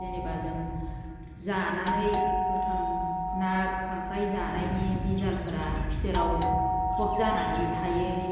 जेनोबा जों जानानै गोथां ना खांख्राइ जानायनि बिजालफोरा फिथोराव काउफ जानानै थायो